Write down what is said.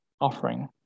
offering